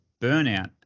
burnout